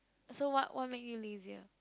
so what what make you lazier